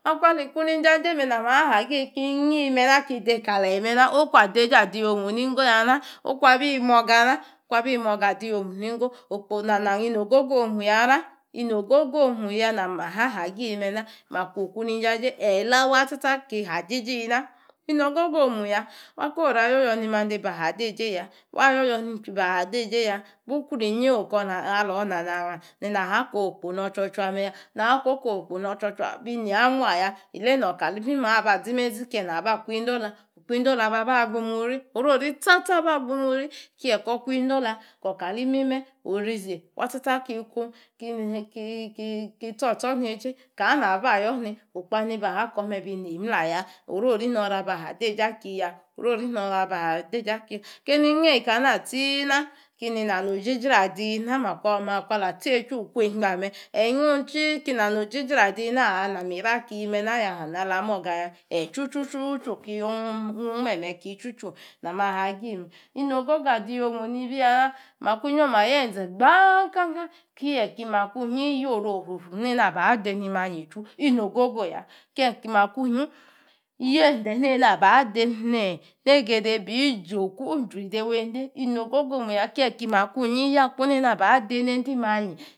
Akwa li kunijanjeme na ma hahagimena ki nyi mena ki dekale yi mena oku adeje adiomu ningo yana, oku abimoga na, oku abimog adiomu ningo, okpo onanon inogogo omuyana, inogogo omutana, inogo omuya na, na ma ha hagi mena, maku okuninj aje eyi la̱ wasta-sta ki hajiji na inogogo omuya aka woru ayoyo ni mande ba ha deje ya, wayoyo ni chui baha deje ya. Bukworor inyi no̱r nanong naha ko- okpobnkr chur chwa meya. Naha ko̱ko̱ okpo nor chuor- chwa, be niamua-ya, ile na wor kalimimor abazimezi kie naba kwin-dola. Okpo indola ba-ba obimuri. Oriori sta-sta wa abagbimuri, kie kor kwin- dola kkr kalimime orizi wasta-tsa ki-ku, ki tsor o̱tsornaje kana nabayor ni okpo alina. Wakorme be nemlaya, oriori no̱ra baha deje akiya, oriori no̱ra ba ha deje akiya- keni ngyeka ana tsi na keni nanogigra di na. Makwa la tse chu ikwengbame eyi ghung tsi ki nanojigra di na, aa na ma hira kimena, eyi chu- chu- chu ki gnwong me me ki. Inogogo omu adinibi ya na. Kie ki makwinyi yoru ofrow- frow ba de ni manyi chu, inogogoya. Kie ki makwinyi yen-de, ne na ba de ne gede be- joku binjwri dewende, inogogo omuya, kie ki makwinyi yakpo ne na ba de nendi manyi.